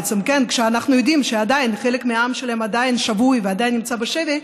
כשאנחנו יודעים שחלק מהעם שלהם עדיין שבוי ועדיין נמצא בשבי,